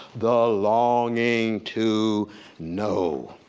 the longing to know,